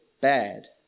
bad